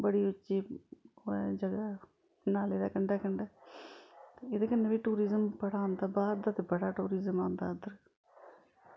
बड़ी उच्ची जगाह् ऐ नाले दे कंडै कंडै एह्दै कन्नै बी टूरिजम बड़ा आंदा बाह्र दा ते बड़ा टूरिजम आंदा इध्दर